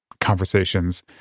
conversations